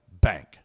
bank